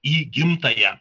į gimtąją